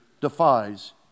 defies